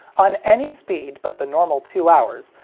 on any speed but the normal two hours,